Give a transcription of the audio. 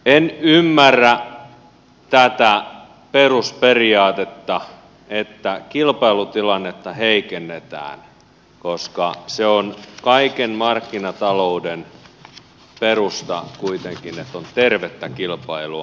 en ymmärrä tätä perusperiaatetta että kilpailutilannetta heikennetään koska se on kaiken markkinatalouden perusta kuitenkin että on tervettä kilpailua